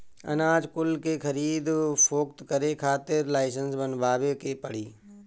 अनाज कुल के खरीद फोक्त करे के खातिर लाइसेंस बनवावे के पड़ी